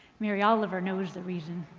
mary oliver knows the reason.